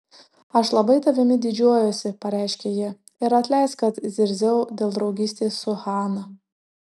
aš labai tavimi didžiuojuosi pareiškė ji ir atleisk kad zirziau dėl draugystės su hana